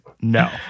no